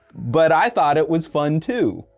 but i thought it was fun too.